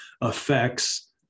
affects